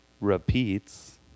repeats